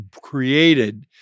created